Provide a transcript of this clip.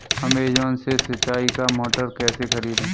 Amazon से सिंचाई का मोटर कैसे खरीदें?